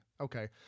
Okay